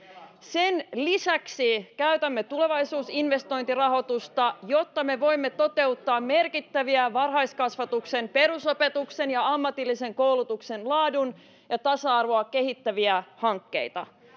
sen lisäksi käytämme tulevaisuusinvestointirahoitusta jotta me voimme toteuttaa merkittäviä varhaiskasvatuksen perusopetuksen ja ammatillisen koulutuksen laatua ja tasa arvoa kehittäviä hankkeita